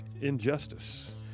injustice